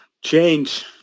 change